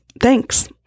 thanks